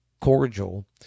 cordial